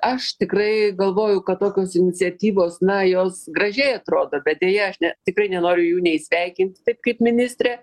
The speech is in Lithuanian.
aš tikrai galvoju kad tokios iniciatyvos na jos gražiai atrodo bet deja aš ne tikrai nenoriu jų nei sveikinti taip kaip ministrė